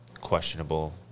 questionable